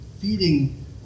Feeding